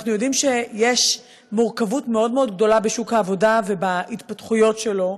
אנחנו יודעים שיש מורכבות מאוד מאוד גדולה בשוק העבודה ובהתפתחויות שלו,